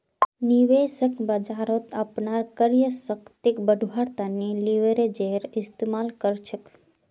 निवेशक बाजारत अपनार क्रय शक्तिक बढ़व्वार तने लीवरेजेर इस्तमाल कर छेक